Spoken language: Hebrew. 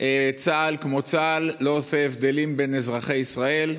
צה"ל כמו צה"ל לא עושה הבדלים בין אזרחי ישראל,